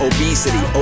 Obesity